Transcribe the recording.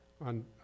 on